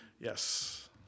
Yes